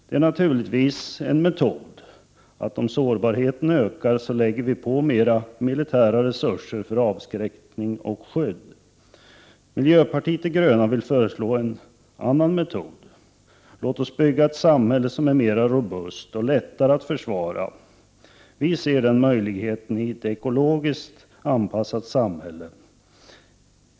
Det är naturligtvis en metod att göra så att om sårbarheten ökar så lägger vi på mera militära resurser för avskräckning och skydd. Miljöpartiet de gröna vill föreslå en annan metod. Låt oss bygga ett samhälle som är mera robust och lättare att försvara. Vi ser den möjligheten i ett ekologiskt anpassat samhälle.